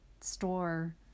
store